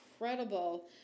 incredible